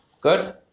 Good